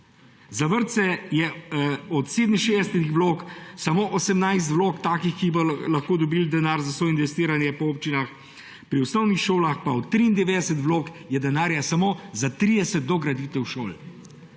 Za vrtce je od 67 vlog samo 18 vlog takih, ki bodo lahko dobile denar za soinvestiranje po občinah. Pri osnovnih šolah pa od 93 vlog je denarja samo za 30 dograditev šol.